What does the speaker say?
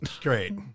Great